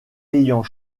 ayant